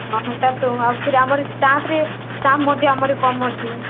ହଁ ହଁ ତାହେଲେ ତ ଆଉ ପିଲା ଆମର ଷ୍ଟାଫ୍ରେ ଷ୍ଟାଫ୍ ମଧ୍ୟ ଆମର କମ୍ ଅଛି